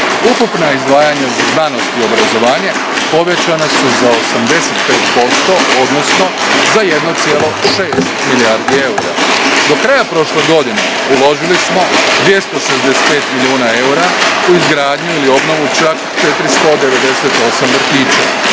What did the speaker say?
Ukupna izdvajanja za znanost i obrazovanje povećana su za 85% odnosno za 1,6 milijardi eura. Do kraja prošle godine uložili smo 265 milijuna eura u izgradnju ili obnovu čak 498 vrtića.